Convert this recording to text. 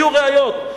תביאו ראיות,